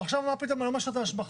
עכשיו מה פתאום, אני לא מאשר את ההשבחה.